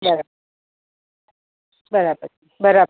બરાબર બરાબર બરાબર